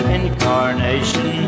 incarnation